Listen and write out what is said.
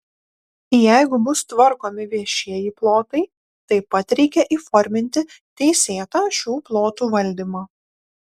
jeigu bus tvarkomi viešieji plotai taip pat reikia įforminti teisėtą šių plotų valdymą